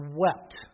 wept